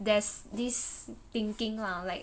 there's this thinking lah like